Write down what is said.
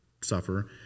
suffer